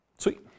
Sweet